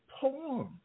poem